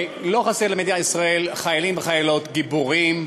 לא חסרים למדינת ישראל חיילים וחיילות גיבורים,